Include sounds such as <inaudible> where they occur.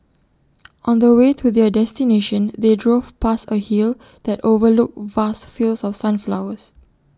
<noise> on the way to their destination they drove past A hill that overlooked vast fields of sunflowers